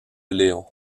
léon